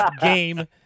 game